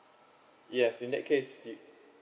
yes in that case you